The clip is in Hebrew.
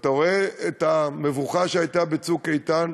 ואתה רואה את המבוכה שהייתה ב"צוק איתן",